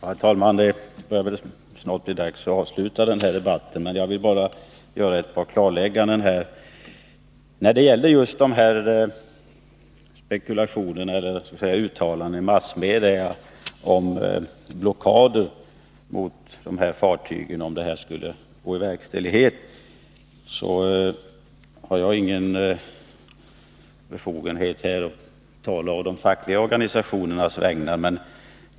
Herr talman! Det börjar snart bli dags att avsluta den här debatten, men jag vill bara göra ett par klarlägganden. När det gäller uttalandena i massmedia om blockader mot fartygen, har jag ingen befogenhet att tala å de fackliga organisationernas vägnar.